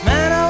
Man